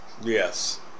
Yes